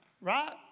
right